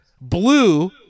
Blue